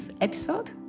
episode